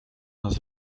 nas